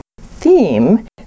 theme